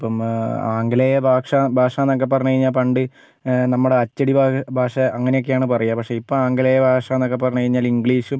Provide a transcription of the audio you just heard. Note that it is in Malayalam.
ഇപ്പം ആംഗലേയ ഭാഷ ഭാഷ എന്നൊക്കെ പറഞ്ഞ് കഴിഞ്ഞാൽ പണ്ട് നമ്മുടെ അച്ചടി ഭാ ഭാഷ അങ്ങനെക്കെയാണ് പറയുക പക്ഷെ ഇപ്പം ആംഗലേയ ഭാഷ എന്നൊക്കെ പറഞ്ഞ് കഴിഞ്ഞാല് ഇംഗ്ലീഷും